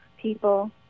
people